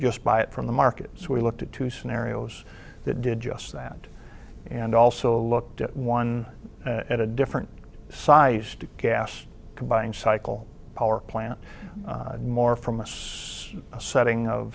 just buy it from the markets we looked at two scenarios that did just that and also looked at one at a different sized gas combined cycle power plant more from us setting of